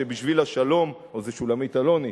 או שולמית אלוני,